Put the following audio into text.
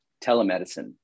Telemedicine